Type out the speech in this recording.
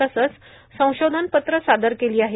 तसंच संशोधन पत्र सादर केली आहेत